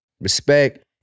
respect